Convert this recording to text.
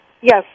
Yes